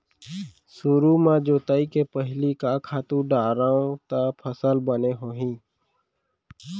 सुरु म जोताई के पहिली का खातू डारव त फसल बने होही?